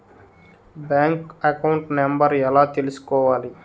Bank account number ఎలా తీసుకోవాలి?